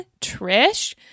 Trish